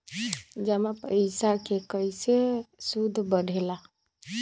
जमा पईसा के कइसे सूद बढे ला?